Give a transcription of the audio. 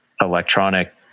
electronic